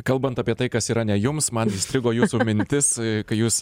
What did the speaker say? kalbant apie tai kas yra ne jums man įstrigo jūsų mintis kai jūs